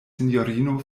sinjorino